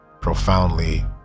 profoundly